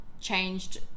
changed